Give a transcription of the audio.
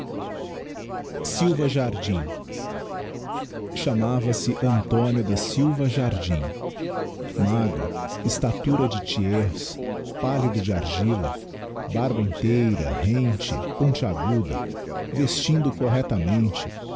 silva jardim chamava-se adíodío da silva jardim magro estatura de thiers pallido de argila barba inteira rente ponteaguda vestindo correctamente